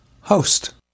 host